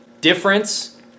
Difference